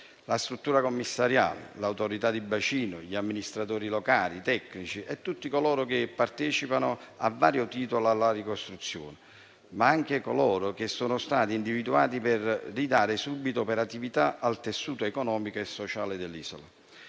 la struttura commissariale, l'Autorità di bacino, gli amministratori locali, i tecnici e tutti coloro che partecipano a vario titolo alla ricostruzione, ma anche coloro che sono stati individuati per ridare subito operatività al tessuto economico e sociale dell'isola.